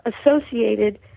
associated